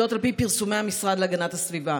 זאת, על פי פרסומי המשרד להגנת הסביבה.